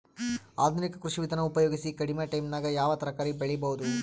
ಆಧುನಿಕ ಕೃಷಿ ವಿಧಾನ ಉಪಯೋಗಿಸಿ ಕಡಿಮ ಟೈಮನಾಗ ಯಾವ ತರಕಾರಿ ಬೆಳಿಬಹುದು?